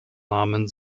namen